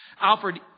Alfred